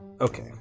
Okay